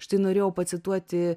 štai norėjau pacituoti